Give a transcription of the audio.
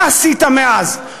מה עשית מאז?